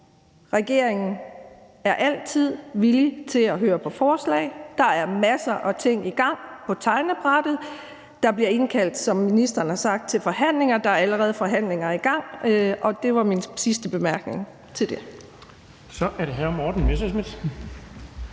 Regeringen er altid villig til at høre på forslag. Der er masser af ting i gang og på tegnebrættet. Der bliver, som ministeren har sagt, indkaldt til forhandlinger. Der er allerede forhandlinger i gang. Det var min sidste bemærkning til det. Kl. 15:12 Den fg.